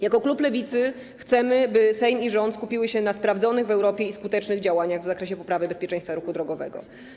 Jako klub Lewicy chcemy, by Sejm i rząd skupiły się na sprawdzonych w Europie i skutecznych działaniach w zakresie poprawy bezpieczeństwa ruchu drogowego.